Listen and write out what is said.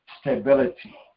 stability